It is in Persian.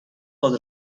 خود